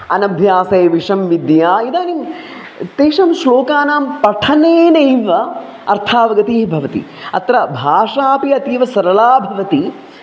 अनभ्यासे विषं विद्या इदानीं तेषां श्लोकानां पठनेनैव अर्थावगतिः भवति अत्र भाषा अपि अतीवसरला भवति